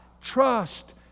trust